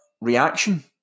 reaction